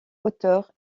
hauteur